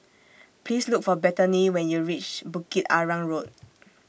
Please Look For Bethany when YOU REACH Bukit Arang Road